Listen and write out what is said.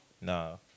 No